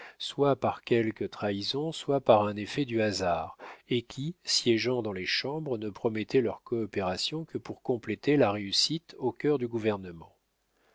soit par quelque trahison soit par un effet du hasard et qui siégeant dans les chambres ne promettaient leur coopération que pour compléter la réussite au cœur du gouvernement